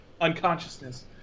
unconsciousness